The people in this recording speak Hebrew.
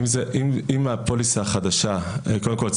קודם כול,